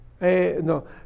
no